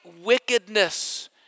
wickedness